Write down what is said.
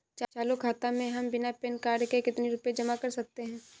चालू खाता में हम बिना पैन कार्ड के कितनी रूपए जमा कर सकते हैं?